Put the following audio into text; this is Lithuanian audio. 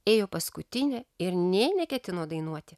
ėjo paskutinė ir nė neketino dainuoti